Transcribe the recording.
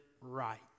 right